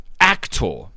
actor